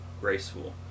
graceful